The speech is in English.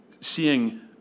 seeing